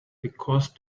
because